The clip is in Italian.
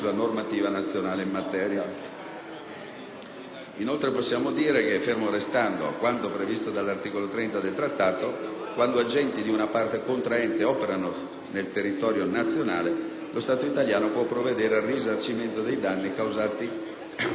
Inoltre, possiamo dire che fermo restando quanto previsto dall'articolo 30 del Trattato, quando agenti di una parte contraente operano nel territorio nazionale, lo Stato italiano può provvedere al risarcimento dei danni causati dal personale straniero limitatamente a